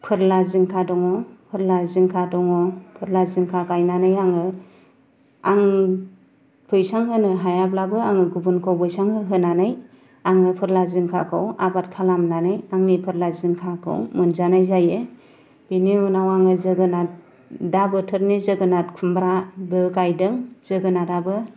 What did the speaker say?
फोरला जिंखा दङ फोरला जिंखा दङ फोरला जिंखा गायनानै आङो आं बैसां होनो हायाब्लाबो गुबुनखौ बैसां होहोनानै आङो फोरला जिंखाखौ आबाद खालामनानै आंनि फोरला जिंखाखौ मोनजानाय जायो बिनि उनाव आङो जोगोनाद दा बोथोरनि जोगोनाद खुमब्राबो गायदों जोगोनाराबो